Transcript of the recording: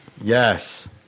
Yes